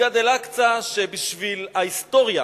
מסגד אל-אקצא, שבשביל ההיסטוריה,